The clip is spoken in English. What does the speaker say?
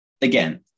Again